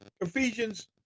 Ephesians